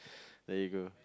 there you go